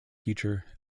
future